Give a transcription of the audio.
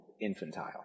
infantile